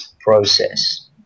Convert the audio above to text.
process